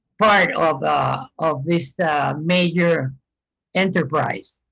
part of ah of this major enterprise,